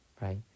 right